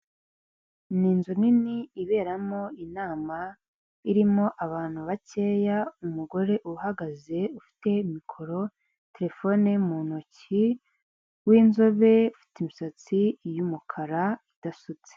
Ni inzu nini iberamo inama irimo abantu bakeya, umugore uhagaze ufite mikoro, telefone mu ntoki, w'inzobe ufite imisatsi y'umukara idasutse.